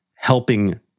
Helping